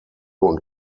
und